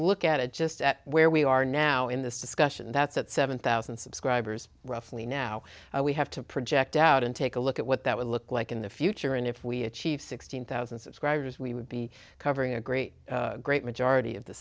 look at it just at where we are now in this discussion that's at seven thousand subscribers roughly now we have to project out and take a look at what that would look like in the future and if we achieve sixteen thousand subscribers we would be covering a great great majority of the